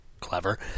Clever